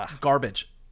garbage